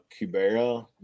Cubera